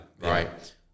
Right